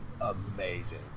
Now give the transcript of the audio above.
amazing